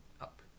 up